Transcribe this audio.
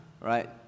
right